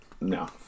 No